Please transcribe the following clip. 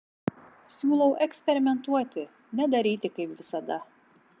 siūlau eksperimentuoti nedaryti kaip visada